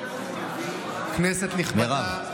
כנסת נכבדה,